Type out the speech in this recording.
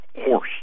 horse